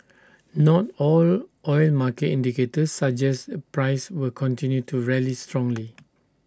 not all oil market indicators suggests the price will continue to rally strongly